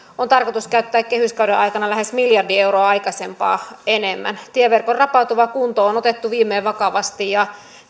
on tarkoitus käyttää kehyskauden aikana lähes miljardi euroa aikaisempaa enemmän tieverkon rapautuva kunto on otettu viimein vakavasti ja